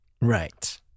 Right